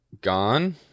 gone